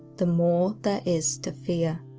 the more there is to fear.